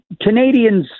Canadians